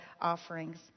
offerings